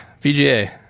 vga